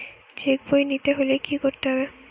Check বই নিতে হলে কি করতে হবে?